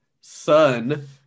son